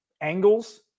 angles